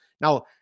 Now